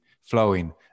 flowing